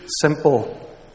simple